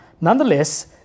Nonetheless